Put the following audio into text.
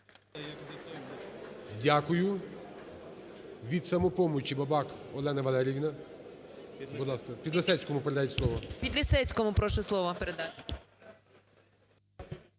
Дякую. Від "Самопомочі" Бабак Олена Валеріївна. Підлісецькому передає слово.